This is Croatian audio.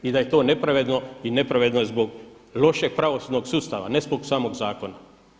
I da je to neprevedeno i nepravedno je zbog lošeg pravosudnog sustava ne zbog samog zakona.